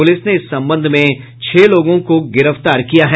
police ने इस संबंध में छह लोगों को गिरफ्तार किया है